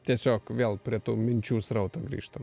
tiesiog vėl prie tų minčių srauto grįžtam